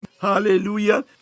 Hallelujah